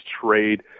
trade